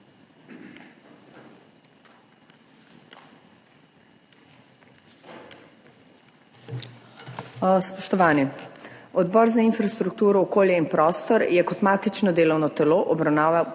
Spoštovani! Odbor za infrastrukturo, okolje in prostor je kot matično delovno telo obravnaval